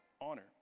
honor